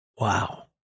Wow